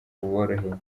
buboroheye